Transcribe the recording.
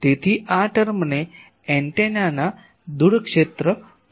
તેથી આ ટર્મને એન્ટેનાના દૂર ક્ષેત્ર કહેવામાં આવે છે